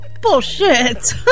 bullshit